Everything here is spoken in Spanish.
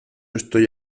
estoy